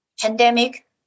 pandemic